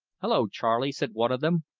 hullo charley, said one of them,